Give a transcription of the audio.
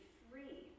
free